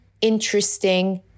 interesting